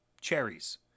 cherries